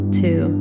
two